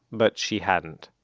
but she hadn't.